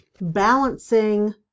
balancing